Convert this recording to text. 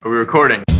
are we recording?